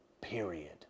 period